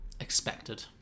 expected